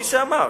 מי שאמר.